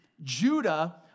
Judah